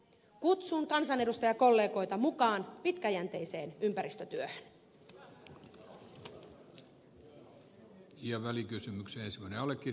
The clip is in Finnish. kutsun kansanedustajakollegoita mukaan pitkäjänteiseen ympäristötyöhön